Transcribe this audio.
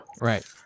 Right